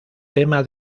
tema